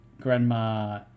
grandma